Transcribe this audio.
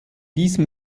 diese